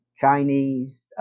Chinese